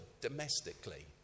domestically